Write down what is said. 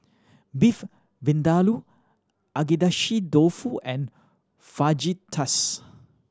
Beef Vindaloo Agedashi Dofu and Fajitas